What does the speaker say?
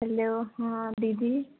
hello ହଁ ଦିଦି